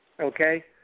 Okay